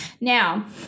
Now